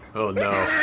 oh no!